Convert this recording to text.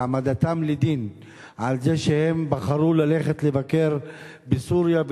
והעמדתם לדין על זה שהם בחרו ללכת לבקר בסוריה,